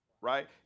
right